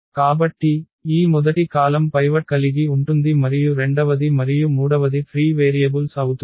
కాబట్టి ఈ మొదటి కాలమ్ పైవట్ కలిగి ఉంటుంది మరియు రెండవది మరియు మూడవది ఫ్రీ వేరియబుల్స్ అవుతుంది